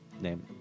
name